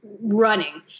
running